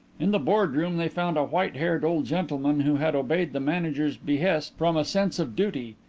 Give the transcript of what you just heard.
in the boardroom they found a white-haired old gentleman who had obeyed the manager's behest from a sense of duty,